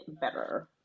better